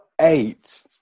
eight